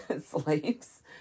slaves